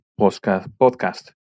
podcast